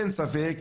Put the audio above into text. אין ספק,